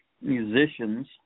musicians